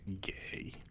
gay